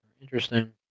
Interesting